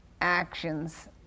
actions